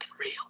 real